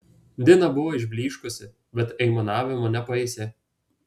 dina buvo išblyškusi bet aimanavimo nepaisė